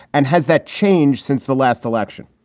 and has that changed since the last election?